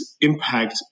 impact